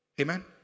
Amen